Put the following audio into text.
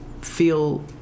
feel